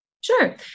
Sure